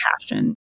passion